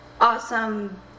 awesome